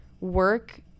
work